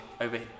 over